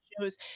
shows